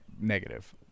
negative